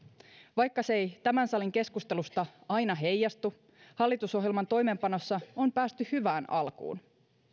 vaikka se ei tämän salin keskustelusta aina heijastu hallitusohjelman toimeenpanossa on päästy hyvään alkuun